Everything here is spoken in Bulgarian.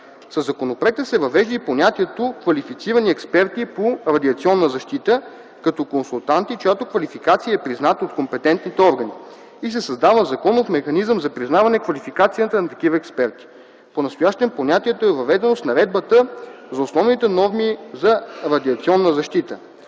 Със законопроекта се въвежда и понятието „квалифицирани експерти по радиационна защита” като консултанти, чиято квалификация е призната от компетентните органи, и се създава законов механизъм за признаване квалификацията на такива експерти. Понастоящем понятието е въведено с Наредбата за основните норми за радиационна защита.